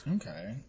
Okay